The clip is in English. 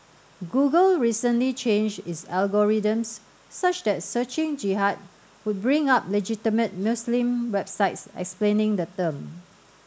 Google recently changed its algorithms such that searching Jihad would bring up legitimate Muslim websites explaining the term